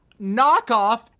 knockoff